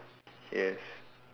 yes